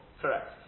Correct